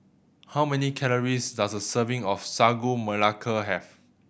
how many calories does a serving of Sagu Melaka have